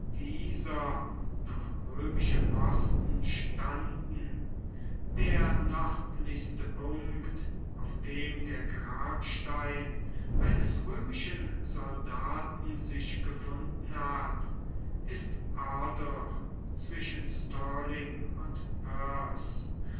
dieser noch römische posten standen der nördlichste punkt auf dem der grabstein eines römischen soldaten sich gefunden hat ist ardoch zwischen stirling und perth